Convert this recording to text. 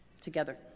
together